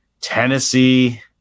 Tennessee